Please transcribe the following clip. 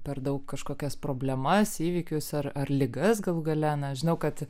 per daug kažkokias problemas įvykius ar ar ligas galų gale na aš žinau kad